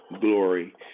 glory